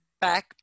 back